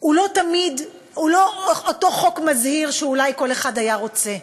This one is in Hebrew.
הוא לא אותו חוק מזהיר שאולי כל אחד היה רוצה,